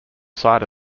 side